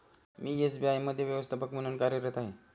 मी SBI मध्ये व्यवस्थापक म्हणून कार्यरत आहे